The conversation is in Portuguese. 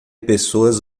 pessoas